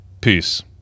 Peace